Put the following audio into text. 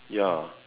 ya